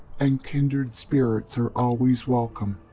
and kindred spirits are always welcome.